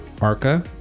Arca